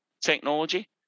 technology